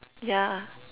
yeah